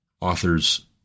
Authors